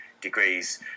degrees